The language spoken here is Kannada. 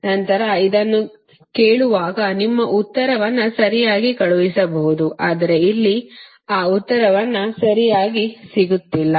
ನಂತರ ಇದನ್ನು ಕೇಳುವಾಗ ನಿಮ್ಮ ಉತ್ತರವನ್ನು ಸರಿಯಾಗಿ ಕಳುಹಿಸಬಹುದು ಆದರೆ ಇಲ್ಲಿ ಆ ಉತ್ತರವನ್ನು ಸರಿಯಾಗಿ ಸಿಗುತ್ತಿಲ್ಲ